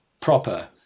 proper